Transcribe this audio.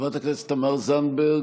חברת הכנסת תמר זנדברג,